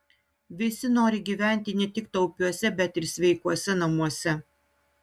visi nori gyventi ne tik taupiuose bet ir sveikuose namuose